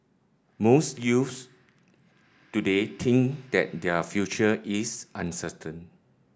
most youths today think that their future is uncertain